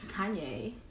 kanye